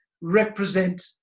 represent